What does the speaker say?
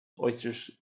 oysters